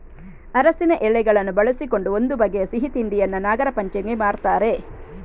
ಅರಸಿನ ಎಲೆಗಳನ್ನು ಬಳಸಿಕೊಂಡು ಒಂದು ಬಗೆಯ ಸಿಹಿ ತಿಂಡಿಯನ್ನ ನಾಗರಪಂಚಮಿಗೆ ಮಾಡ್ತಾರೆ